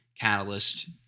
catalyst